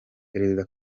perezida